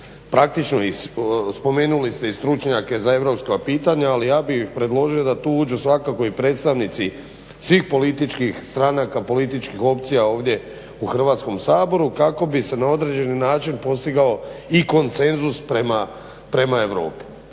praktično iz spomenuli ste i stručnjake za europska pitanja, ali ja bih predložio da tu uđu svakako i predstavnici svih političkih stranaka, političkih opcija ovdje u Hrvatskom saboru kako bi se na određeni način postigao i konsenzus prema Europi.